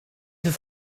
ist